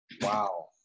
Wow